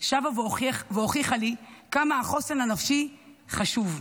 שבה והוכיחה לי כמה החוסן הנפשי חשוב,